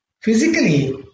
Physically